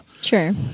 Sure